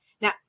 now